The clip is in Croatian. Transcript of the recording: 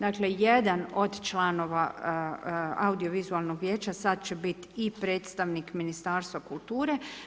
Dakle jedan od članova audiovizualnog vijeća sada će biti i predstavnik Ministarstva kulture.